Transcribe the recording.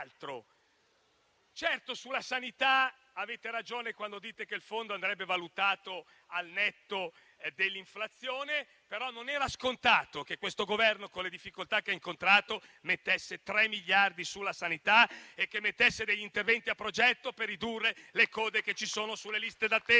Certo, sulla sanità avete ragione quando dite che il fondo andrebbe valutato al netto dell'inflazione. Ma non era scontato che questo Governo, con le difficoltà che ha incontrato, mettesse tre miliardi sulla sanità e prevedesse degli interventi a progetto per ridurre le code sulle liste d'attesa.